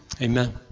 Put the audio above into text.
Amen